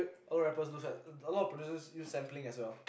all rappers use that a lot of producers use sampling as well